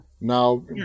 Now